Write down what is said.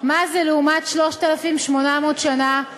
איפה יושב-ראש הקואליציה?